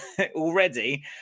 already